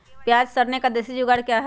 प्याज रखने का देसी जुगाड़ क्या है?